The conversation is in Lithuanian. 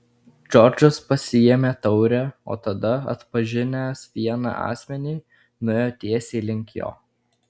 džordžas pasiėmė taurę o tada atpažinęs vieną asmenį nuėjo tiesiai link jo